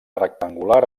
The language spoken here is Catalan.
rectangular